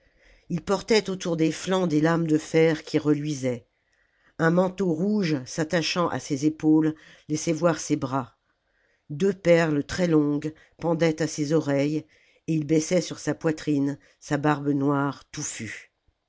ii portait autour des flancs des lames de fer qui reluisaient un manteau rouge s'attachant à ses épaules laissait voir ses bras deux perles très longues pendaient à ses oreilles et il baissait sur sa poitrine sa barbe noire touffue